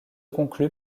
conclut